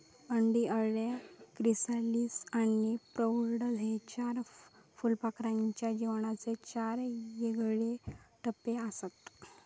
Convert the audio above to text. अंडी, अळ्या, क्रिसालिस आणि प्रौढ हे चार फुलपाखराच्या जीवनाचे चार येगळे टप्पेआसत